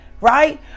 right